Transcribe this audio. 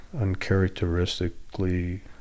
uncharacteristically